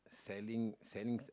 selling selling